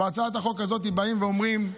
בהצעת החוק הזאת באים ואומרים,